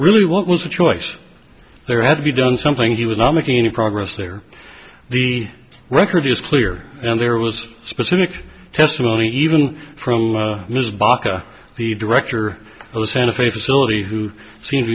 really what was the choice there had to be done something he was now making any progress there the record is clear and there was specific testimony even from ms baka the director of the santa fe facility who seemed to